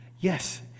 Yes